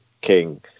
king